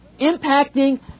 impacting